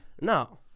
No